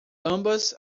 ambas